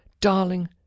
Darling